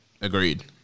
Agreed